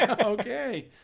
Okay